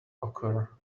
occur